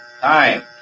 Time